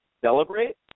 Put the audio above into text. celebrate